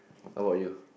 how about you